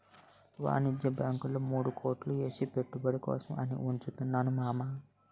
వాణిజ్య బాంకుల్లో మూడు కోట్లు ఏసి పెట్టుబడి కోసం అని ఉంచుతున్నాను మావా